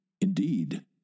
Indeed